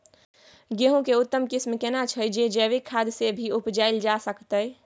गेहूं के उत्तम किस्म केना छैय जे जैविक खाद से भी उपजायल जा सकते?